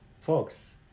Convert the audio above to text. folks